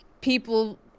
people